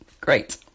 Great